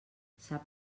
sap